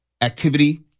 activity